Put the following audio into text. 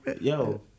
Yo